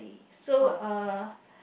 so uh